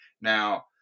Now